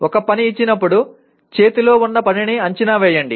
ఒక పని ఇచ్చినప్పుడు చేతిలో ఉన్న పనిని అంచనా వేయండి